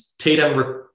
Tatum